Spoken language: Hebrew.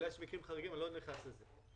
אני לא נכנס לזה.